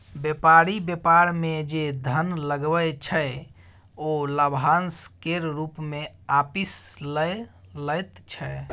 बेपारी बेपार मे जे धन लगबै छै ओ लाभाशं केर रुप मे आपिस लए लैत छै